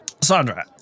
Sandra